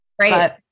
Right